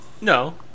No